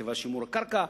חטיבת שימור קרקע,